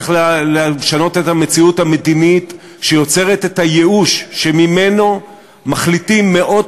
צריך לשנות את המציאות המדינית שיוצרת את הייאוש שממנו מחליטים מאות